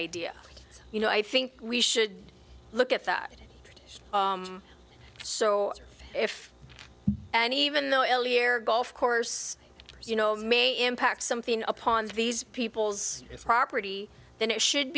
idea you know i think we should look at that so if an even though ill year golf course you know may impact something upon these people's property then it should